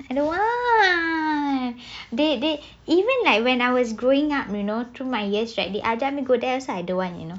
I don't want they they even like when I was growing up you know through my years they ajak me go there also I don't want you know